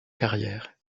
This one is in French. carrière